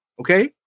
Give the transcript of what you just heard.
Okay